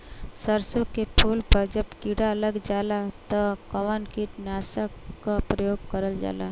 सरसो के फूल पर जब किड़ा लग जाला त कवन कीटनाशक क प्रयोग करल जाला?